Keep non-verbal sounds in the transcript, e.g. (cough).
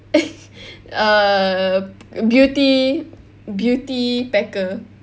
(laughs) err beauty beauty packer